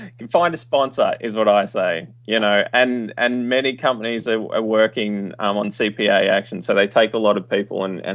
find a sponsor, is what i say. you know and and many companies are working on cpa actions, so they take a lot of people. and and